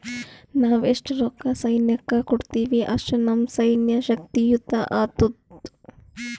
ನಾವ್ ಎಸ್ಟ್ ರೊಕ್ಕಾ ಸೈನ್ಯಕ್ಕ ಕೊಡ್ತೀವಿ, ಅಷ್ಟ ನಮ್ ಸೈನ್ಯ ಶಕ್ತಿಯುತ ಆತ್ತುದ್